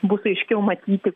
bus aiškiau matyti